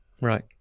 Right